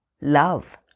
love